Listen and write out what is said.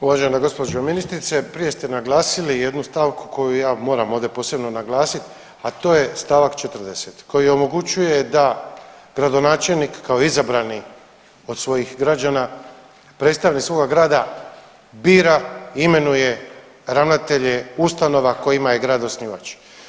Uvažena gđo. ministrice, prije ste naglasili jednu stavku koju ja moram ovdje posebno naglasit, a to je st. 40. koji omogućuje da gradonačelnik kao izabrani od svojih građana i predstavnik svoga grada bira i imenuje ravnatelje ustanova kojima je grad osnivač.